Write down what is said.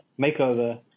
makeover